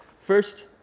First